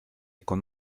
con